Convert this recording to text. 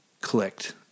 clicked